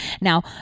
Now